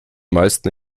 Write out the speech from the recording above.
meisten